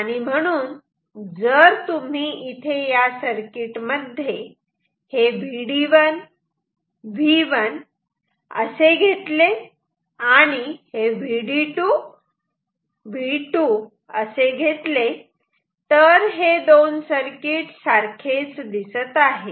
आणि म्हणून जर तुम्ही इथे या सर्किटमध्ये हे Vd1 V1 असे घेतले आणि हे Vd2 V2 असे घेतले तर हे दोन सर्किट सारखेच दिसत आहेत